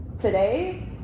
today